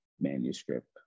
manuscript